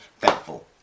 thankful